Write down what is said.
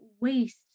waste